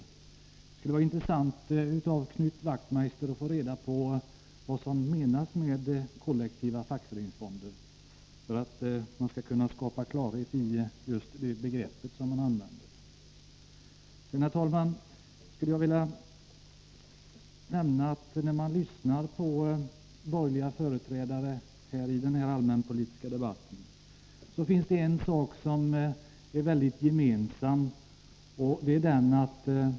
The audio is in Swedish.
Det skulle vara intressant att av Knut Wachtmeister få veta vad som menas med kollektiva fackföreningsfonder, så att man får klarhet i de begrepp som används. När man lyssnar på borgerliga företrädare i den allmänpolitiska debatten är det någonting som är gemensamt för alla.